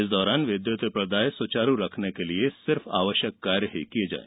इस दौरान विद्युत प्रदाय सुचारू रखने के लिये आवश्यक कार्य ही करें